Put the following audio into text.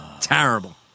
terrible